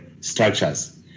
structures